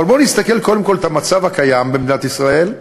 אבל בואו נסתכל קודם כול במצב הקיים במדינת ישראל,